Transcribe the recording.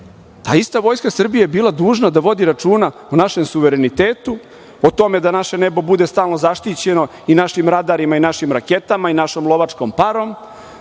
ta ista Vojska Srbije je bila dužna da vodi računa o našem suverenitetu, o tome da naše nebo bude stalno zaštićeno i našim radarima i našim raketama i našom lovačkom parom,